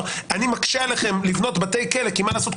שאני מקשה עליכם לבנות בתי כלא כי מה לעשות,